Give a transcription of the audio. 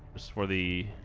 just for the